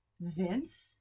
Vince